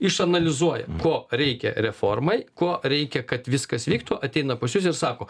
išanalizuoja ko reikia reformai ko reikia kad viskas vyktų ateina pas jus ir sako